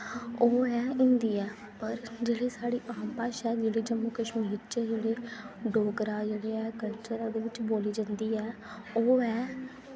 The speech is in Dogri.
ओह् ऐ हिंदी ऐ पर जेह्ड़ी साढ़ी आम भाशा ऐ जेह्ड़ी जम्मू च जेह्ड़े डोगरा जेह्ड़े ऐ कल्चर ऐ ओह्दे बिच्च बोल्ली जंदी ऐ ओह् ऐ